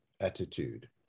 attitude